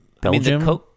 Belgium